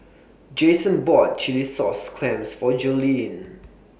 Jason bought Chilli Sauce Clams For Joleen